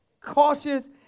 Cautious